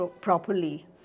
properly